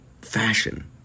fashion